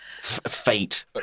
fate